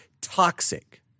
Toxic